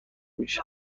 میشم